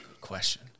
Question